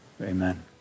Amen